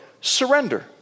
Surrender